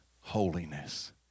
holiness